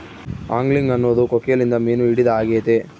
angling ಅನ್ನೊದು ಕೊಕ್ಕೆಲಿಂದ ಮೀನು ಹಿಡಿದಾಗೆತೆ